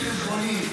שיביא חשבונית,